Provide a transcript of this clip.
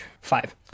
five